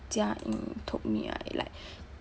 jia ying told me right like